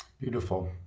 beautiful